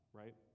right